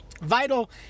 vital